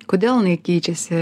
kodėl jinai keičiasi